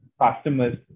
customers